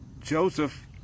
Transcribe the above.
Joseph